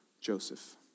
Joseph